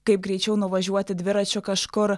kaip greičiau nuvažiuoti dviračiu kažkur